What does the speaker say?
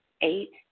Eight